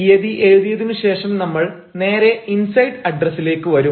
തീയതി എഴുതിയതിനു ശേഷം നമ്മൾ നേരെ ഇൻസൈഡ് അഡ്രസ്സിലേക്ക് വരും